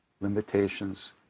limitations